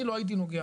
אני לא הייתי נוגע.